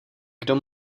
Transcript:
kdo